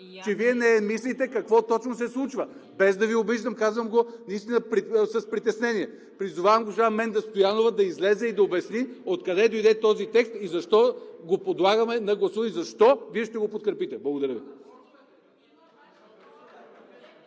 че Вие не мислите какво точно се случва – без да Ви обиждам, казвам го наистина с притеснение. Призовавам госпожа Менда Стоянова да излезе и да обясни откъде дойде този текст? Защо го подлагаме на гласуване? Защо Вие ще го подкрепите? Благодаря Ви.